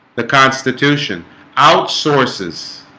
the constitution outsources